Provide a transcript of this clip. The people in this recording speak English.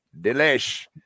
Delish